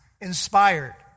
inspired